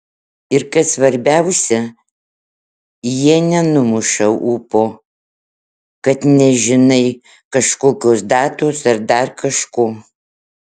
ir kas svarbiausia jie nenumuša ūpo kad nežinai kažkokios datos ar dar kažko